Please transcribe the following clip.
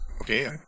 Okay